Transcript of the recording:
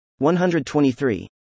123